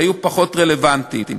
שהיו פחות רלוונטיים.